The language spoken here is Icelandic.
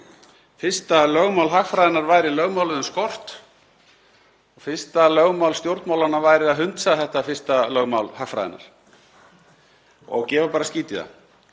fyrsta lögmál hagfræðinnar væri lögmálið um skort og að fyrsta lögmál stjórnmálanna væri að hunsa þetta fyrsta lögmál hagfræðinnar og gefa bara skít í það